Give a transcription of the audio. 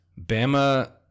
Bama